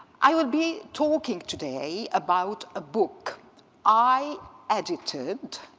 i will be talking today about a book i edited,